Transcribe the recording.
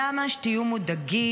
למה שתהיו מודאגים?